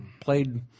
played